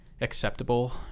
acceptable